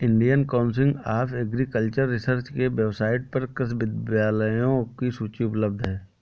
Indian council of agricultural research के website पर कृषि विश्वविद्यालयों की सूची उपलब्ध है